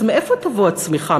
מאיפה תבוא הצמיחה?